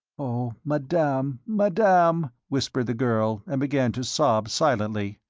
oh, madame, madame, whispered the girl, and began to sob silently.